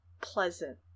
pleasant